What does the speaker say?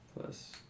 plus